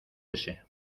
ese